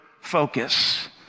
focus